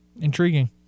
Intriguing